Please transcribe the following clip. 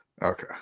Okay